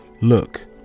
Look